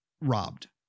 robbed